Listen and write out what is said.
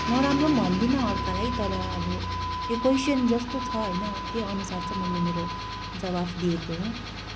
नराम्रो पनि भन्दिनँ अर्कालाई तर अब यो क्वोइसन जस्तो छ होइन त्यहीअनुसार चाहिँ मैले मेरो जवाब दिएको हुँ